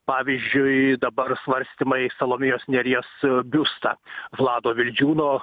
pavyzdžiui dabar svarstymai salomėjos nėries biustą vlado vildžiūno